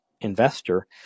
investor